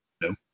No